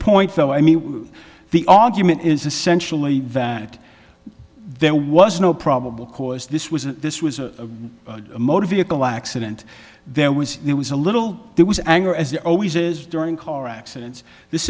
point though i mean the argument is essentially that there was no probable cause this was a this was a motor vehicle accident there was there was a little there was anger as there always is during car accidents this